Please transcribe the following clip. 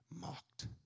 mocked